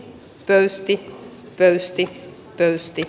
pöysti pöysti pöysti